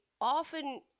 often